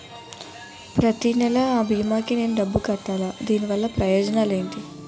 ప్రతినెల అ భీమా కి నేను డబ్బు కట్టాలా? దీనివల్ల ప్రయోజనాలు ఎంటి?